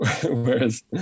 Whereas